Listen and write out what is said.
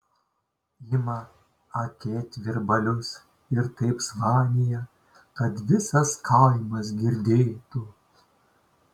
ima akėtvirbalius ir taip zvanija kad visas kaimas girdėtų